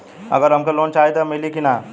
अगर हमके लोन चाही त मिली की ना?